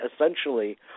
essentially